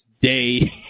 day